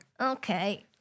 Okay